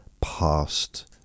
past